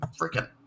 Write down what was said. freaking